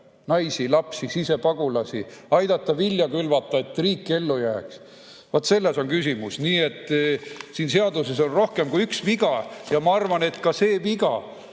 naisi-lapsi, sisepagulasi, aidata vilja külvata, et riik ellu jääks. Vaat selles on küsimus. Nii et siin seaduses on rohkem kui üks viga ja ma arvan, et ka see viga